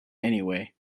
anyway